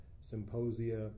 symposia